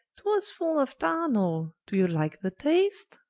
twas full of darnell doe you like the taste?